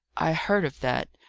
i heard of that.